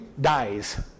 dies